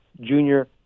junior